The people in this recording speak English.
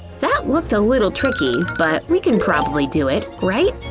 that looked a little tricky but we can probably do it, right?